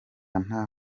nta